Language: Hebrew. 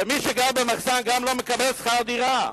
ומי שגר במחסן גם לא מקבל שכר דירה.